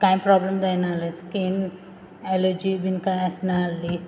कांय प्रोब्लम जायनाहलें skin allergy बीन कांय आसनाहली